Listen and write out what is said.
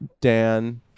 Dan